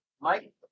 Mike